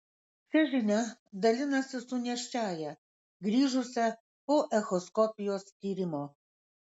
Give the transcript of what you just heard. šia žinia dalinasi su nėščiąja grįžusia po echoskopijos tyrimo